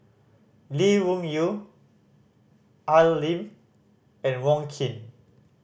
Lee Wung Yew Al Lim and Wong Keen